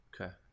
Okay